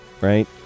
right